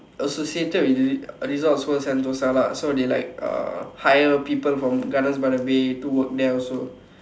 associated with resort world Sentosa lah so they like uh hire people from gardens by the bay to work there also